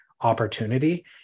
opportunity